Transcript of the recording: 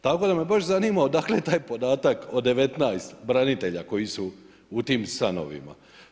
Tako da me baš zanima odakle taj podatak od 19 branitelja koji su u tim stanovima.